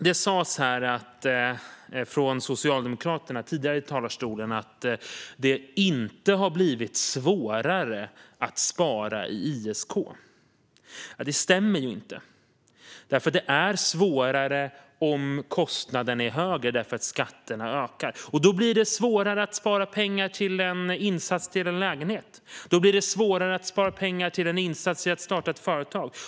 Det sas tidigare i talarstolen från socialdemokratiskt håll att det inte har blivit svårare att spara i ISK. Det stämmer inte. Det är svårare om kostnaden är högre därför att skatterna ökar. Då blir det svårare att spara pengar till en insats i en lägenhet eller i att starta ett företag.